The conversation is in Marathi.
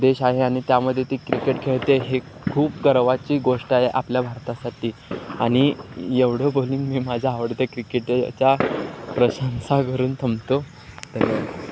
देश आहे आणि त्यामध्ये ती क्रिकेट खेळते हे खूप गर्वाची गोष्ट आहे आपल्या भारतासाठी आणि एवढं बोलून मी माझं आवडते क्रिकेटरचा प्रशंसा करून थांबतो धन्यवाद